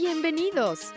Bienvenidos